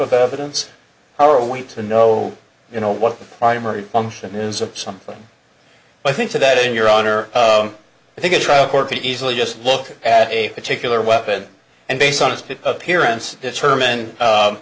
of evidence how are we to know you know what the primary function is of something i think to that in your honor i think a trial court that easily just look at a particular weapon and based on its good appearance determine